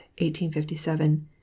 1857